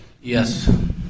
Yes